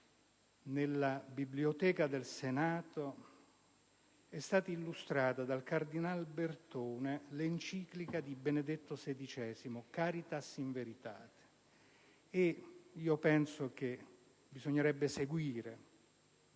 la biblioteca del Senato è stata illustrata dal cardinal Bertone l'enciclica di Benedetto XVI "Caritas in veritate": penso che bisognerebbe seguire